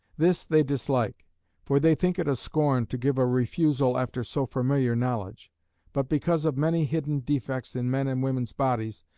this they dislike for they think it a scorn to give a refusal after so familiar knowledge but because of many hidden defects in men and women's bodies,